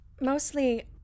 Mostly